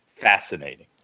fascinating